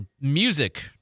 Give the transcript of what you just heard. music